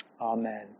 Amen